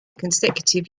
consecutive